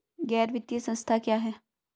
गैर वित्तीय संस्था क्या है?